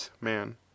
man